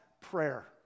prayer